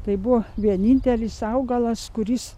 tai buvo vienintelis augalas kuris